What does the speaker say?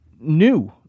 new